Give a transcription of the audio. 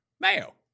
Mayo